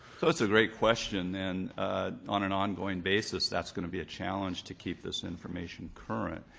so that's a great question and on an ongoing basis, that's going to be a challenge to keep this information current.